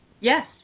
Yes